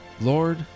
Lord